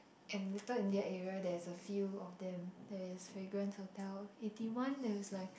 and Little India area there is a few of them there is Fragrance Hotel Eighty One there is like